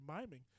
miming